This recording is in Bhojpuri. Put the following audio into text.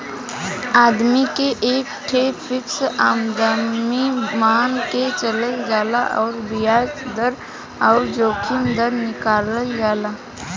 आदमी के एक ठे फ़िक्स आमदमी मान के चलल जाला अउर बियाज दर अउर जोखिम दर निकालल जाला